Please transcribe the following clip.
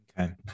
Okay